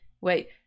wait